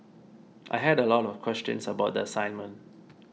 I had a lot of questions about the assignment